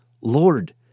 Lord